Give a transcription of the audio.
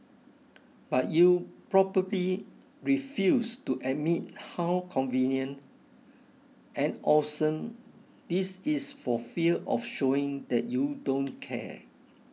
but you probably refuse to admit how convenient and awesome this is for fear of showing that you don't care